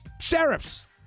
Sheriffs